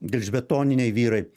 gelžbetoniniai vyrai